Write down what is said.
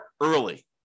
early